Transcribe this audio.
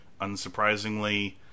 unsurprisingly